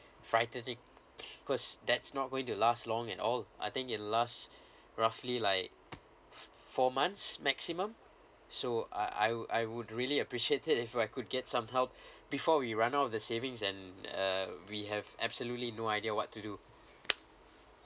frightening because that's not going to last long at all I think it last roughly like fo~ four months maximum so I I would I would really appreciate it if I could get some help before we run out of the savings and uh we have absolutely no idea what to do